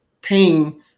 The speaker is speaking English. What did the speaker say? paying